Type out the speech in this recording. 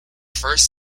first